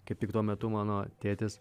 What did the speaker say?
kaip tik tuo metu mano tėtis